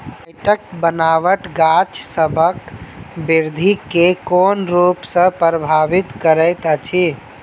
माइटक बनाबट गाछसबक बिरधि केँ कोन रूप सँ परभाबित करइत अछि?